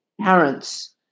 parents